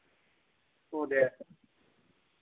ओह् ते है सर